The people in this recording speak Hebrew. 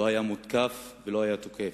לא היה מותקף ולא היה תוקף,